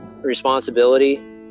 responsibility